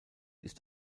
ist